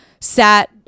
sat